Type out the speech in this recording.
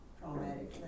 traumatic